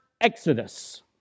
Exodus